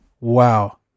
wow